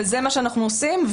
וזה מה שאנחנו עושים.